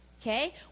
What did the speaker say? Okay